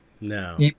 no